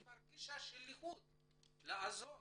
היא מרגישה שליחות לעזור.